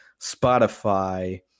Spotify